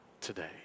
today